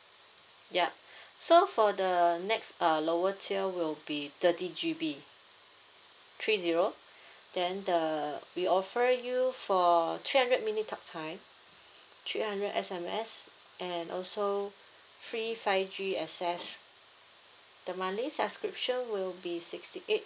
ya so for the the next uh lower tier will be thirty G_B three zero then the we offer you for three hundred minute talk time three hundred S_M_S and also free five G access the monthly subscription will be sixty eight